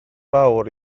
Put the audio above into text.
fawr